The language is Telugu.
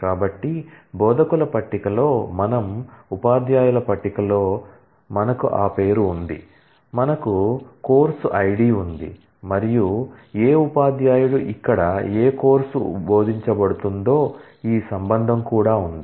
కాబట్టి బోధకుల పట్టికలో మనకు ఉపాధ్యాయుల పట్టికలో పేరు ఉంది మనకు కోర్సు ఐడి ఉంది మరియు ఏ ఉపాధ్యాయుడు ఇక్కడ ఏ కోర్సు బోధించబడుతుందో ఈ రిలేషన్ కూడా ఉంది